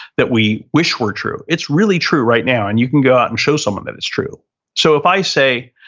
that we wish were true. it's really true right now. and you can go out and show someone that it's true so, if i say